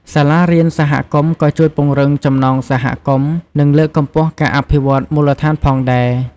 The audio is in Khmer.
សាលារៀនសហគមន៍ក៏ជួយពង្រឹងចំណងសហគមន៍ និងលើកកម្ពស់ការអភិវឌ្ឍមូលដ្ឋានផងដែរ។